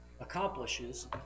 accomplishes